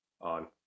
on